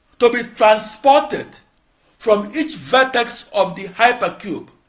to be transported from each vertex of the hypercube